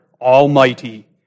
Almighty